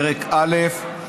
פרק א',